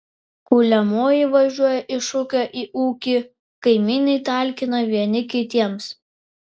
kuliamoji važiuoja iš ūkio į ūkį kaimynai talkina vieni kitiems